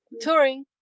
touring